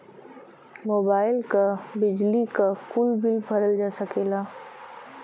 mobile क, बिजली क, कुल बिल भरल जा सकला